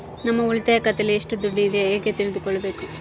ನಮ್ಮ ಉಳಿತಾಯ ಖಾತೆಯಲ್ಲಿ ಎಷ್ಟು ದುಡ್ಡು ಇದೆ ಹೇಗೆ ತಿಳಿದುಕೊಳ್ಳಬೇಕು?